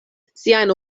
siajn